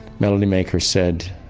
melody maker said